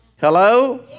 Hello